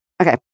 okay